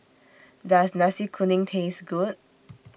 Does Nasi Kuning Taste Good